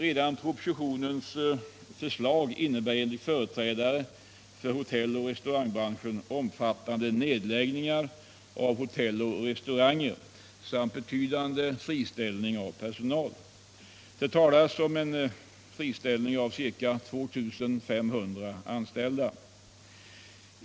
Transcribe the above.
Redan propositionens förslag innebär enligt företrädare för hotelloch restaurangbranschen risk för nedläggningar av hotell och restauranger samt friställning av personal. Det talas om friställning av 2 500 anställda.